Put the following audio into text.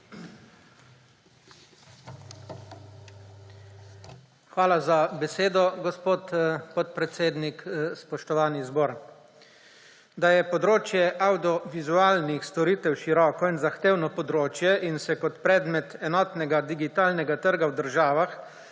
Hvala za besedo, gospod podpredsednik. Spoštovani zbor! Da je področje avdiovizualnih storitev široko in zahtevno področje in se kot predmet enotnega digitalnega trga v državah